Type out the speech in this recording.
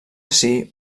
ací